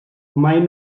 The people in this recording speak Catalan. mai